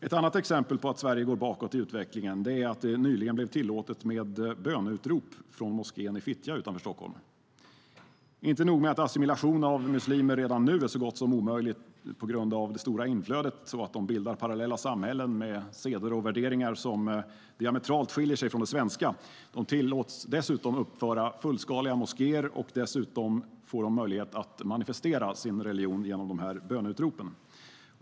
Ett annat exempel på att Sverige går bakåt i utvecklingen är att det nyligen blev tillåtet med böneutrop från moskén i Fittja utanför Stockholm. Det är inte nog med att assimilation av muslimer redan nu är så gott som omöjlig på grund av det stora inflödet så att de bildar parallella samhällen med seder och värderingar som diametralt skiljer sig från de svenska. De tillåts dessutom uppföra fullskaliga moskéer och får möjlighet att manifestera sin religion genom böneutropen.